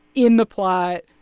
in the plot,